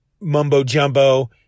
mumbo-jumbo